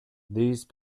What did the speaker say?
these